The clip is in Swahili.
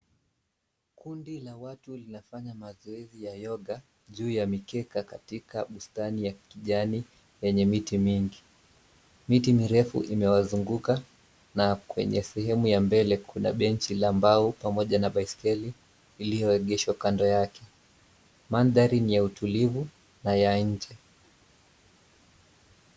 Kundi la watu linafanya mazoezi ya yoga juu ya mikeka katika bustani ya kijani yenye miti mingi. Miti mirefu zimewazunguka na kwenye sehemu ya mbele kuna benchi la mbao pamoja na baiskeli iliyoegeshwa kando yake. Mandhari ni ya utulivu na ya nje.